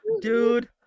dude